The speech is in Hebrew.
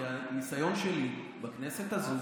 כי הניסיון שלי בכנסת הזו,